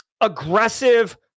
aggressive